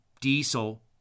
diesel